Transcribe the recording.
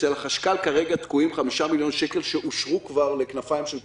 אצל החשכ"ל כרגע תקועים 5 מיליון שקל שאושרו כבר ל"כנפיים של קרמבו",